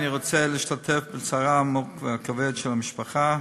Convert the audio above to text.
אני רוצה להשתתף בצערה העמוק והכבד של המשפחה.